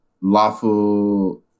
lawful